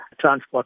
transport